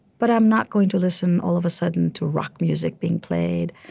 but i'm not going to listen, all of a sudden, to rock music being played.